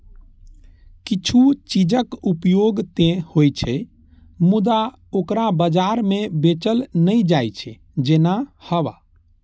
किछु चीजक उपयोग ते होइ छै, मुदा ओकरा बाजार मे बेचल नै जाइ छै, जेना हवा